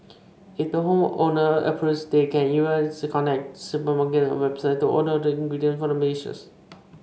if the home owner approves they can even connect to supermarkets or websites to order the ingredients for the dishes